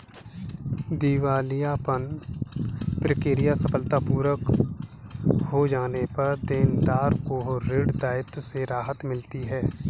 दिवालियापन प्रक्रिया सफलतापूर्वक पूरी हो जाने पर देनदार को ऋण दायित्वों से राहत मिलती है